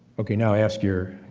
okay, now ask your